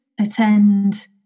attend